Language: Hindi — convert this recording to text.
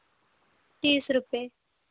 तीस रुपये